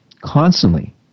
constantly